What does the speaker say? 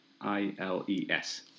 I-L-E-S